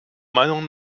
meinung